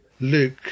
Luke